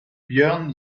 björn